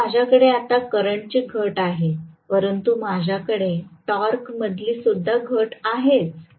तर माझ्याकडे आता करंटची घट आहे परंतु माझ्याकडे टॉर्कमधली सुद्धा घट आहेच